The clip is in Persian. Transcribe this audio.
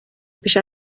پیش